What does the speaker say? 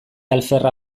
alferra